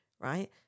Right